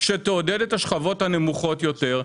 שתעודד את השכבות הנמוכות יותר.